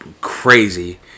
crazy